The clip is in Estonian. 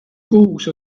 kohus